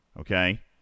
okay